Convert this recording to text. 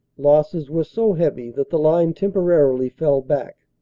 losses were so heavy that the line temporarily fell back.